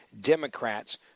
Democrats